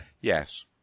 Yes